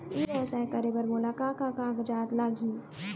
ई व्यवसाय करे बर मोला का का कागजात लागही?